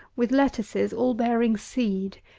with lettuces all bearing seed.